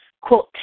quote